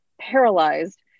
paralyzed